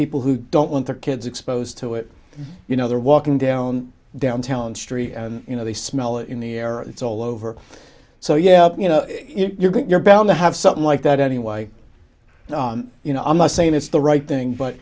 people who don't want their kids exposed to it you know they're walking down downtown street you know they smell in the air and it's all over so yeah you know you're going to you're bound to have something like that anyway you know i'm not saying it's the right thing but